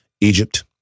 Egypt